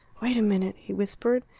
wait a minute, he whispered,